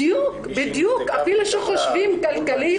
בדיוק, אפילו שחושבים כלכלית,